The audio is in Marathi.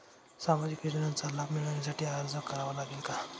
सामाजिक योजनांचा लाभ मिळविण्यासाठी अर्ज करावा लागेल का?